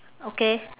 okay